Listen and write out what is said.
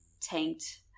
tanked